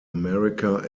america